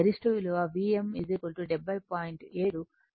7 సుమారుగా 71